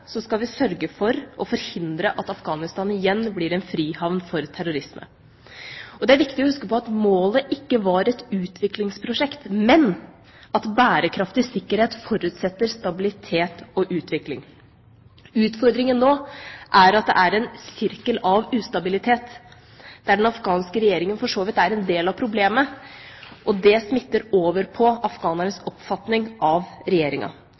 skal vi sørge for å forhindre at Afghanistan igjen blir en frihavn for terroristene. Det er viktig å huske på at målet ikke var et utviklingsprosjekt, men at bærekraftig sikkerhet forutsetter stabilitet og utvikling. Utfordringen nå er at det er en sirkel av ustabilitet, der den afghanske regjeringa for så vidt er en del av problemet. Det smitter over på afghanernes oppfatning av regjeringa.